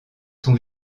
sont